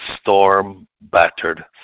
storm-battered